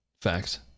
Facts